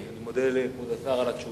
אני מודה לכבוד השר על התשובה,